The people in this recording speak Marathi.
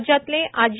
राज्यातले आजी